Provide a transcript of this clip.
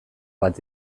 bat